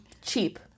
cheap